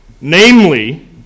Namely